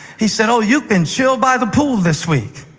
he said, oh, you can chill by the pool this week.